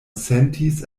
sentis